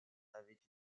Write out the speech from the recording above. avaient